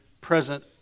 present